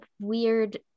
weird